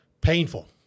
Painful